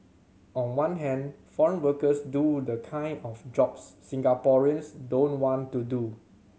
on one hand foreign workers do the kind of jobs Singaporeans don't want to do